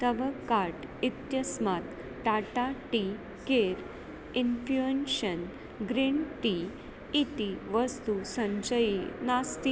तव कार्ट् इत्यस्मात् Tata tea care infusion green tea इति वस्तु सञ्चये नास्ति